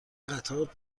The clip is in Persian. قطار